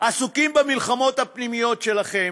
עסוקים במלחמות הפנימיות שלכם,